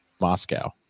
Moscow